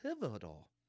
pivotal